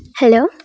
hello